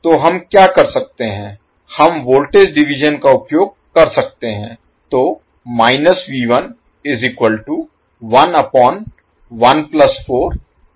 तो हम क्या कर सकते हैं हम वोल्टेज डिवीजन का उपयोग कर सकते हैं